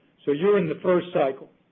so you're in the first cycle.